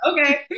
okay